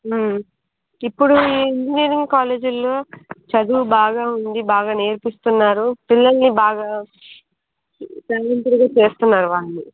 ఇప్పుడు ఈ ఇంజనీరింగ్ కాలేజీల్లో చదువు బాగా ఉంది బాగా నేర్పిస్తున్నారు పిల్లల్ని బాగా చదివించేలా చేస్తున్నారు వాళ్ళు